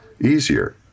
easier